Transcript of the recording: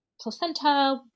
placenta